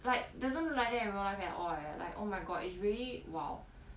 like doesn't look like that in real life at all eh like oh my god it's really like